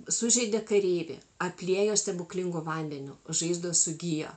sužeidė kareivį apliejo stebuklingu vandeniu žaizdos sugijo